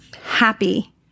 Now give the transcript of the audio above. happy